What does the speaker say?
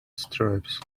stripes